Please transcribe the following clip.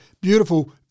beautiful